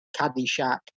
Caddyshack